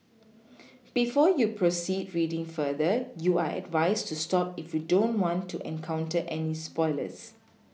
before you proceed reading further you are advised to stop if you don't want to encounter any spoilers